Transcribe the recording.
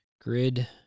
grid